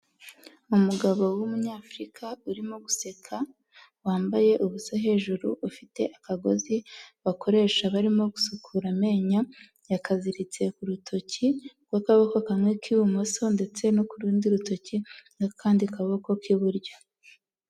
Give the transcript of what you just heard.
Umugabo w'umunyafurika urimo guseka, wambaye ubusa hejuru, ufite akagozi bakoresha barimo gusukura amenyo, yakaziritse ku rutoki rw'akaboko kamwe k'ibumoso ndetse no ku rundi rutoki n'akandi kaboko k'iburyo.